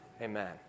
Amen